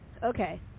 Okay